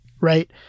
right